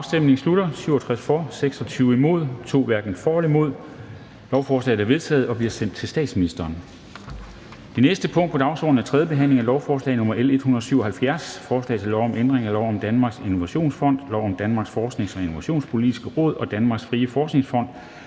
hverken for eller imod stemte 2 (NB). Lovforslaget er vedtaget og bliver sendt til statsministeren. --- Det næste punkt på dagsordenen er: 5) 3. behandling af lovforslag nr. L 177: Forslag til lov om ændring af lov om Danmarks Innovationsfond, lov om Danmarks Forsknings- og Innovationspolitiske Råd og Danmarks Frie Forskningsfond